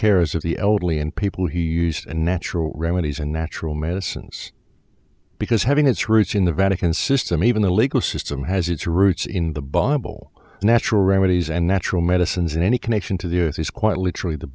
cares of the elderly and people he used and natural remedies and natural medicines because having its roots in the vatican system even the legal system has its roots in the bible natural remedies and natural medicines and any connection to the earth is quite literally the